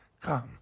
come